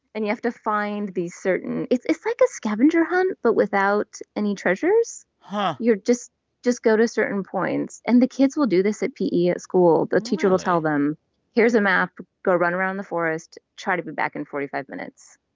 and you have to find these certain it's it's like a scavenger hunt but without any treasures. but you're just just go to certain points. and the kids will do this at pe at school really? the teacher will tell them here's a map, go run around the forest, try to be back in forty five minutes.